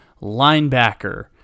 linebacker